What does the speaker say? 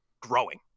growing